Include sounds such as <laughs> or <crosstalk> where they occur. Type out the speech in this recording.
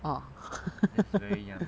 ah <laughs>